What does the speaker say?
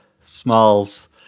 Smalls